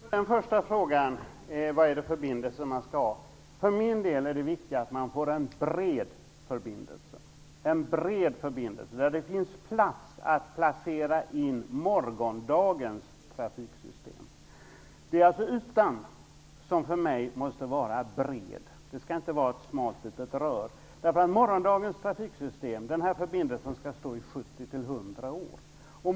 Herr talman! Den första frågan handlade om vilka förbindelser man skall ha. För min del är det viktiga att man får en bred förbindelse där det finns plats att placera in morgondagens trafiksystem. Det är ytan som för mig måste vara bred. Det skall inte vara ett smalt litet rör. Den här förbindelsen skall stå i 70-100 år.